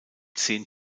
zehn